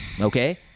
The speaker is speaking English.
Okay